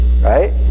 Right